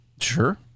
Sure